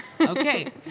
Okay